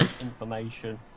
information